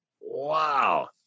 Wow